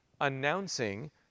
announcing